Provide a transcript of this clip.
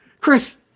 Chris